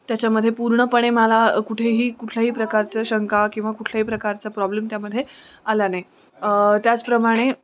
त्याच्यामध्ये पूर्णपणे मला कुठेही कुठल्याही प्रकारच्या शंका किंवा कुठल्याही प्रकारचा प्रॉब्लेम त्यामध्ये आला नाही त्याचप्रमाणे